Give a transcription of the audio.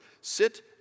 sit